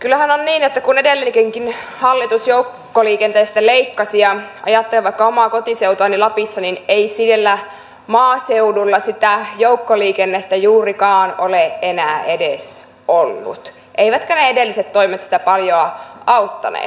kyllähän on niin että kun edellinenkin hallitus joukkoliikenteestä leikkasi ajattelen vaikka omaa kotiseutuani lapissa niin ei siellä maaseudulla sitä joukkoliikennettä juurikaan ole enää edes ollut eivätkä ne edelliset toimet sitä paljoa auttaneet